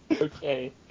okay